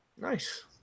Nice